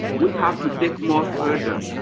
we have to take more further.